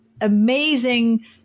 amazing